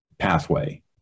pathway